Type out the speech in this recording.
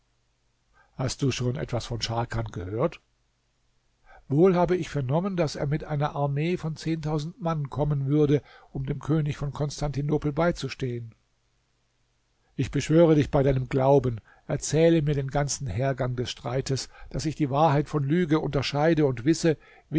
hast du schon etwas von scharkan gehört wohl habe ich vernommen daß er mit einer armee von zehntausend mann kommen würde um dem könig von konstantinopel beizustehen ich beschwöre dich bei deinem glauben erzähle mir den ganzen hergang des streites daß ich die wahrheit von lüge unterscheide und wisse